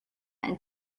and